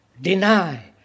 deny